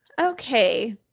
Okay